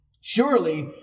surely